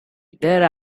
there